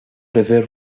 رزرو